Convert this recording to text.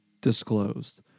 disclosed